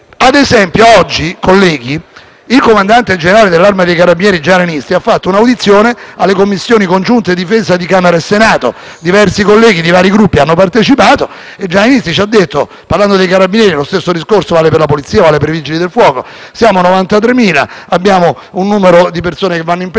Ad esempio, oggi, colleghi, il comandante generale dell'Arma dei carabinieri Giovanni Nistri, ha svolto un'audizione presso le Commissioni congiunte difesa di Camera e Senato. Diversi colleghi di vari Gruppi hanno partecipato e Giovanni Nistri ci ha detto, parlando dei Carabinieri - ma lo stesso discorso vale per la Polizia o per i Vigili del fuoco - che sono 93.000, hanno un certo numero di persone che andranno presto